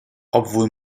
obwohl